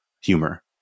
humor